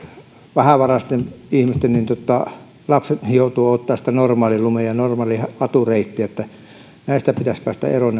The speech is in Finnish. vähävaraisten ihmisten lapset joutuvat odottamaan sitä normaalilunta ja normaalilatureittiä näistä maksullisista urheilupaikoista pitäisi päästä eroon